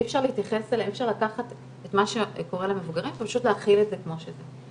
אי אפשר לקחת את מה שקורה למבוגרים ופשוט להחיל את זה כמו שזה.